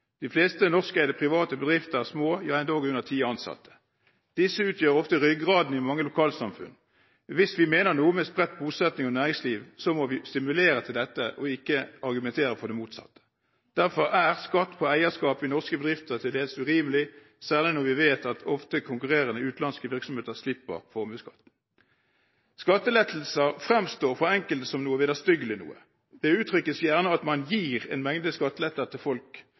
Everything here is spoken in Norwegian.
De fleste privateide norske bedrifter er små, med under ti ansatte, og disse utgjør ofte ryggraden i mange lokalsamfunn. Hvis vi mener noe med spredt bosetting og næringsliv, må vi stimulere til dette og ikke argumentere for det motsatte. Derfor er skatt på eierskap i norske bedrifter til dels urimelig, særlig når vi vet at konkurrerende utenlandske virksomheter ofte slipper formuesskatt. Skattelettelser fremstår for enkelte som noe vederstyggelig. Det uttrykkes gjerne at man gir en mengde skatteletter til folk